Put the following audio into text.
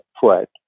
foot